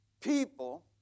people